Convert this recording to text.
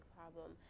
problem